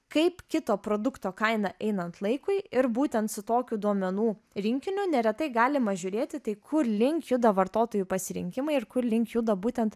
kaip kito produkto kaina einant laikui ir būtent su tokiu duomenų rinkiniu neretai galima žiūrėti tai kurlink juda vartotojų pasirinkimai ir kur link juda būtent